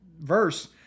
verse